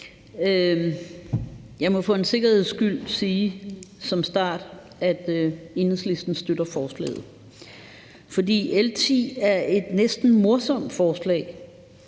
Jeg må for en sikkerheds skyld sige som start, at Enhedslisten støtter forslaget. For L 10 er et næsten morsomt forslag,